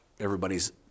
Everybody's